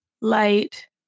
light